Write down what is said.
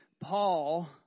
Paul